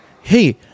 hey